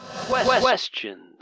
Questions